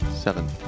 Seven